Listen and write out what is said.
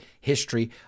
history